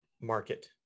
market